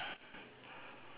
last half s~